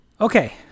Okay